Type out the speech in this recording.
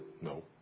No